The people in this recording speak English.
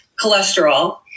cholesterol